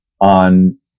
on